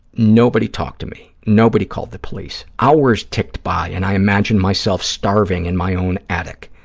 nobody talked to me. nobody called the police. hours ticked by and i imagined myself starving in my own attic.